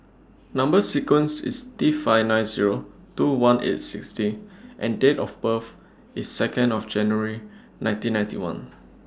Number sequence IS T five nine Zero two one eight six D and Date of birth IS Second of January nineteen ninety one